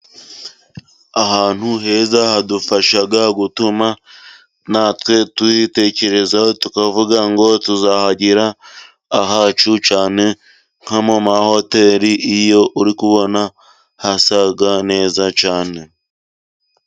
Ahantu heza hadufasha gutuma natwe twitekerezaho tukavuga ngo tuzahagira ahacu cyane nko mu mahoteri iyo uri kubona hasa neza cyane.